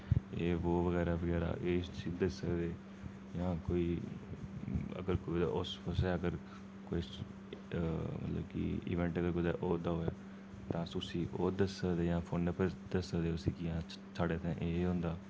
एह् बो बगैरा बगैरा ए इस्सी दस्सी सकदे जां कोई अगर कुसै कोई मतलब कि इवेंट अगर कुतै होआ दा होऐ तां अस उस्सी ओह् दस्सी सकदे जां फोनै पर दस्सी सकदे उस्सी के हां साढ़े इत्थै एह् एह् होंदा